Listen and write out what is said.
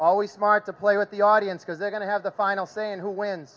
always smart to play with the audience because they're going to have the final say in who wins